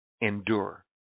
Endure